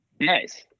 Nice